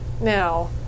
now